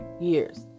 years